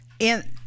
And-